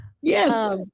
Yes